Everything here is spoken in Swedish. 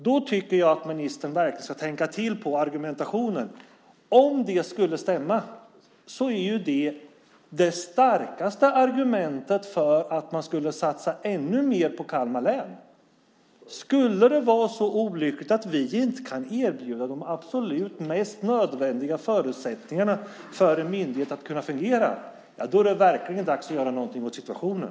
Jag tycker att ministern verkligen ska tänka till när det gäller argumentationen. Om detta skulle stämma är det ju det starkaste argumentet för att man skulle satsa ännu mer på Kalmar län. Skulle det vara så olyckligt att vi inte kan erbjuda de absolut mest nödvändiga förutsättningarna för att en myndighet ska kunna fungera är det verkligen dags att göra någonting åt situationen.